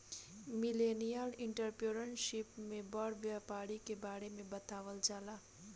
millennial entrepreneurship में बड़ व्यापारी के बारे में बतावल जाला